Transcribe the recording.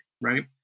right